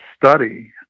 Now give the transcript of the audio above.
study